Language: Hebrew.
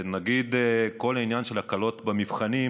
כל העניין של הקלות במבחן,